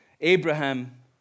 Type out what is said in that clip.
Abraham